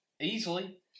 easily